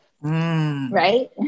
right